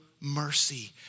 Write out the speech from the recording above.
mercy